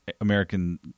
American